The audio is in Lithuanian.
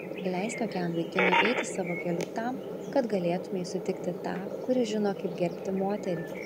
leisk tokiam vaikinui eiti savo keliu tam kad galėtumei sutikti tą kuris žino kaip gerbti moterį